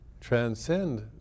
transcend